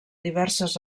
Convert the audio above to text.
diverses